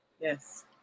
Yes